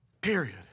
Period